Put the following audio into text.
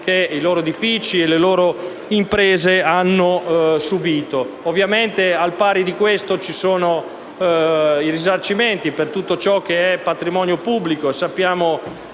che i loro uffici e le loro imprese hanno subito. Ovviamente, oltre a questo, ci sono i risarcimenti per tutto ciò che è patrimonio pubblico